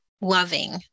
loving